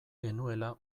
genuela